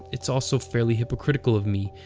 it's also fairly hypocritical of me,